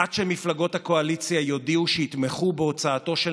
עד שמפלגות הקואליציה יודיעו שיתמכו בהוצאתו של